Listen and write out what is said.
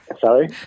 Sorry